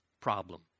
problem